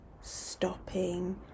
stopping